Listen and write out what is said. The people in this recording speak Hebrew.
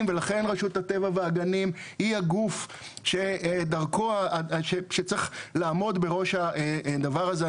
ולכן רשות הטבע והגנים היא הגוף שצריך לעמוד בראש הדבר הזה.